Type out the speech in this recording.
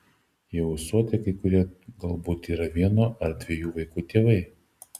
jie ūsuoti kai kurie galbūt yra vieno ar dviejų vaikų tėvai